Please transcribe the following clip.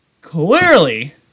Clearly